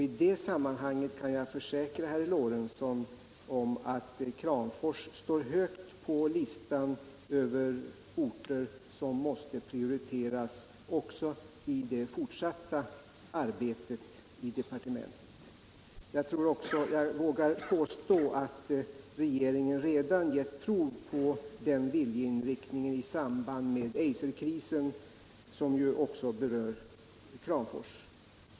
I det sammanhanget kan jag försäkra herr Lorentzon att Kramfors står högt upp på listan över orter som måste prioriteras också i det fortsatta arbetet i departementet. Jag vågar påstå att regeringen redan gett prov på den viljeinriktningen i samband med Eiserkrisen, som ju också berör Kramfors.